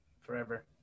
forever